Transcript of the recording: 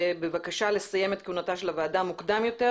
בבקשה לסיים את כהונתה של הוועדה מוקדם יותר,